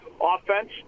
offense